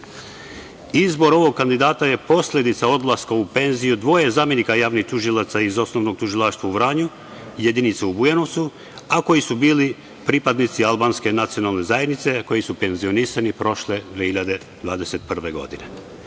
ovog kandidata je posledica odlaska u penziju dvoje zamenika javnih tužilaca iz Osnovnog tužilaštva u Vranju, jedinice u Bujanovcu, a koji su bili pripadnici albanske nacionalne zajednice, koji su penzionisani prošle 2021. godine.